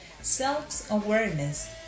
Self-awareness